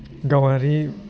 गावआरि